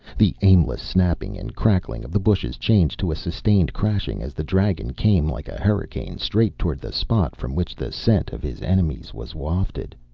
the aimless snapping and crackling of the bushes changed to a sustained crashing as the dragon came like a hurricane straight toward the spot from which the scent of his enemies was wafted.